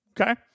okay